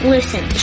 Listen